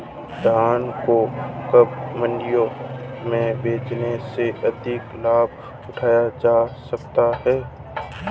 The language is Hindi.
धान को कब मंडियों में बेचने से अधिक लाभ उठाया जा सकता है?